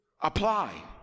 apply